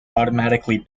automatically